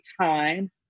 times